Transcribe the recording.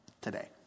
today